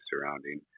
surrounding